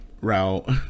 route